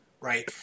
right